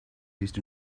used